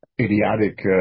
idiotic